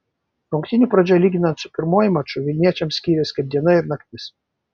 rungtynių pradžia lyginant su pirmuoju maču vilniečiams skyrėsi kaip diena ir naktis